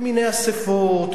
במיני אספות,